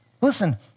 Listen